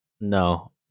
No